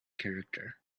character